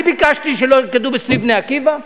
אני ביקשתי שלא ירקדו בסניף "בני עקיבא"?